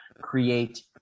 create